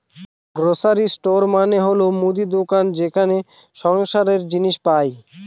grocery store মানে হল মুদির দোকান যেখানে সংসারের জিনিস পাই